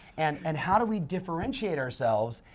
and and how do we differentiate ourselves?